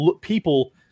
people